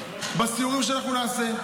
בסיורים שאנחנו נעשה,